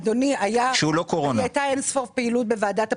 אדוני, היתה אין ספור פעילות בוועדת הבחירות.